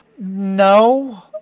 No